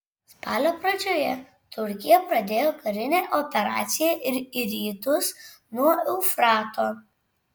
spalio pradžioje turkija pradėjo karinę operaciją ir į rytus nuo eufrato